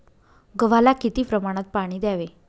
गव्हाला किती प्रमाणात पाणी द्यावे?